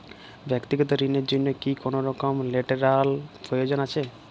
ব্যাক্তিগত ঋণ র জন্য কি কোনরকম লেটেরাল প্রয়োজন আছে?